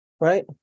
Right